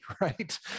right